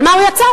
על מה הוא יצא?